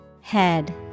Head